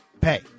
pay